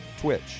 Twitch